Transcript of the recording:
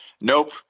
nope